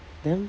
then